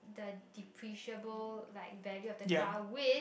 the depreciable like value of the car with